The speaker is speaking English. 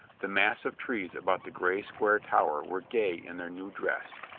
the mass of trees about the gray square tower were gay in their new dress,